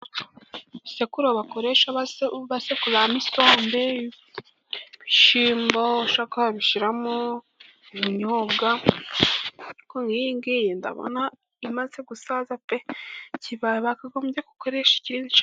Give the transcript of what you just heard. Isekuru bakoresha basekuru isembe, ibishimbo ushaka wabishyiramo, ubinyobwa ariko nkiyi ngiyi ndabona imaze gusaza kibaye bakagombye gukoresha indi.